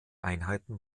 einheiten